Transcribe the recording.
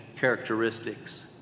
characteristics